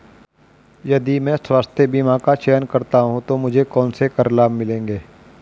यदि मैं स्वास्थ्य बीमा का चयन करता हूँ तो मुझे कौन से कर लाभ मिलेंगे?